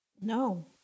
No